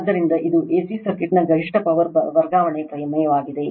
ಆದ್ದರಿಂದ ಇದು A C ಸರ್ಕ್ಯೂಟ್ನ ಗರಿಷ್ಠ ಪವರ್ ವರ್ಗಾವಣೆ ಪ್ರಮೇಯವಾಗಿದೆ